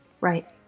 Right